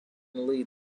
lead